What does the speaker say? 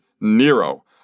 Nero